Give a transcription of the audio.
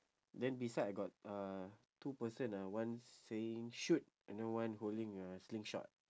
then beside I got uh two person lah one saying shoot and then one holding a sling shot